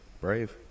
Brave